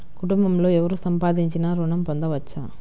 కుటుంబంలో ఎవరు సంపాదించినా ఋణం పొందవచ్చా?